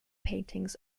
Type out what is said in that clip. paintings